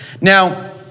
Now